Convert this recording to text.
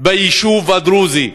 ביישוב הדרוזי.